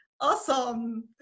Awesome